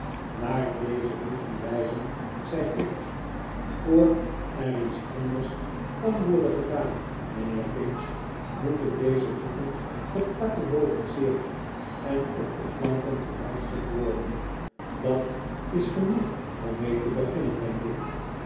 naar deze boeken wijzend zei fips voor er iets anders kan worden gedaan mijnheer pinch moeten deze boeken gecatalogiseerd en op de planken gerangschikt worden dat is genoeg om mee te beginnen t denk ik